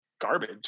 garbage